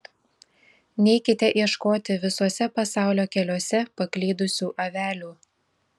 neikite ieškoti visuose pasaulio keliuose paklydusių avelių